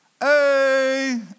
Hey